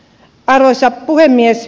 arvoisa puhemies